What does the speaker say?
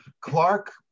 Clark